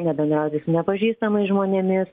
nebendrauti su nepažįstamais žmonėmis